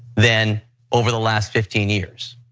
than over the last fifteen years?